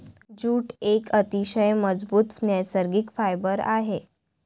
jute एक अतिशय मजबूत नैसर्गिक फायबर आहे